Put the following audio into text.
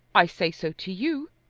i say so to you,